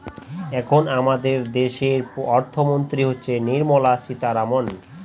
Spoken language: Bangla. এখন আমাদের দেশের অর্থমন্ত্রী হচ্ছেন নির্মলা সীতারামন